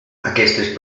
aquestes